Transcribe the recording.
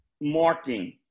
marking